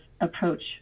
approach